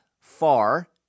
far